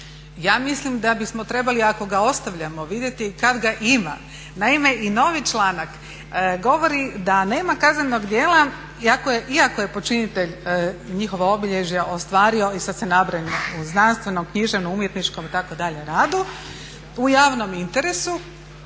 Ja mislim da bismo trebali ako ga ostavljamo vidjeti kad ga ima. Naime, i novi članak govori da nema kaznenog djela iako je počinitelj njihova obilježja ostvario i sad se nabraja u znanstvenom, književnom, umjetničkom itd. radu, u javnom interesu